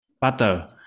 butter